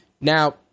Now